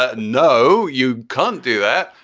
ah you know you can't do that,